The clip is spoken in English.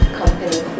company